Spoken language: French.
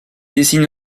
dessine